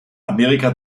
amerika